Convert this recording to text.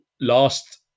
last